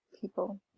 people